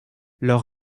leur